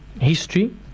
history